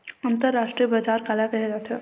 अंतरराष्ट्रीय बजार काला कहे जाथे?